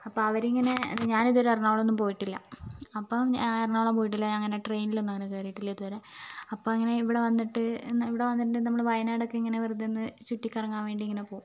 അപ്പോൾ അവരിങ്ങനെ ഞാൻ ഇതുവരെ എറണാകുളമൊന്നും പോയിട്ടില്ല അപ്പോൾ എറണാകുളം പോയിട്ടില്ല അങ്ങനെ ട്രെയിനിലൊന്നും കയറിയിട്ടില്ല ഇതുവരെ അപ്പോൾ ഇങ്ങനെ ഇവിടെ വന്നിട്ട് ഇവിടെ വന്നിട്ട് നമ്മുടെ വയനാടൊക്കെ ഇങ്ങനെ വെറുതെയൊന്ന് ചുറ്റിക്കറങ്ങാൻ വേണ്ടി ഇങ്ങനെ പോകും